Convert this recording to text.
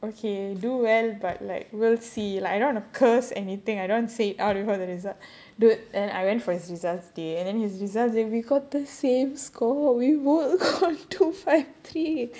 yes so I was like okay do well but like we'll see like I don't want to curse anything I don't want say it out loud and hurt the result dude then I went for his results day and then his results and we got the same score we both got two five three